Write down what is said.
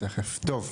טוב.